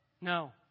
No